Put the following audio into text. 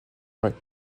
raies